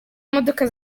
modoka